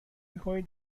میکنید